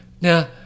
Now